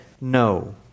no